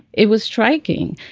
it was striking.